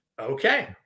Okay